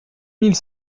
mille